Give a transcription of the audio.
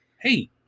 hey